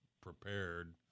prepared